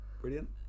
brilliant